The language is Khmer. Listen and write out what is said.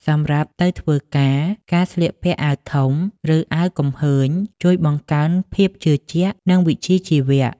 សម្រាប់ទៅធ្វើការ ការស្លៀកពាក់អាវធំ ឬអាវគំហើញ ជួយបង្កើនភាពជឿជាក់ និងវិជ្ជាជីវៈ។